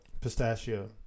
pistachio